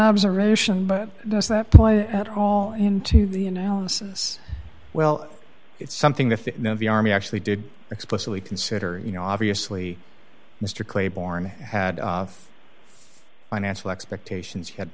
observation but does that point at all into the analysis well it's something that the army actually did explicitly consider you know obviously mr claiborne had financial expectations had